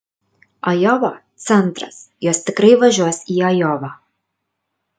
ajova centras jos tikrai važiuos į ajovą